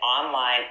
online